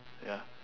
ya